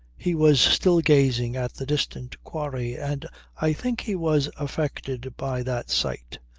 he was still gazing at the distant quarry, and i think he was affected by that sight.